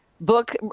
book